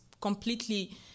completely